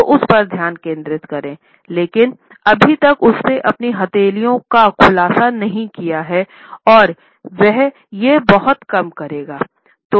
तो उस पर ध्यान केंद्रित करें लेकिन अभी तक उसने अपनी हथेलियों का खुलासा नहीं किया है और वह ये बहुत कम करेगा